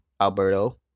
Alberto